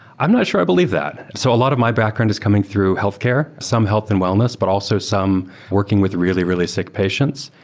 i'm not sure i believe that. so a lot of my background is coming through healthcare. some health and wellness, but also some working with really, really sick patients.